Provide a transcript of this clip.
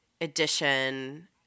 edition